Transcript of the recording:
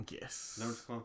yes